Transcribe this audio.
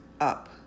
up